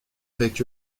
avec